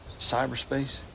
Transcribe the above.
cyberspace